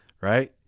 right